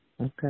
Okay